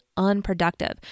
unproductive